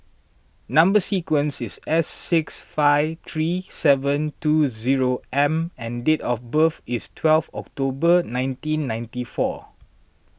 Number Sequence is S six five three seven two zero four M and date of birth is twelve October nineteen ninety four